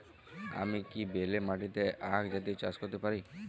আমি কি বেলে মাটিতে আক জাতীয় চাষ করতে পারি?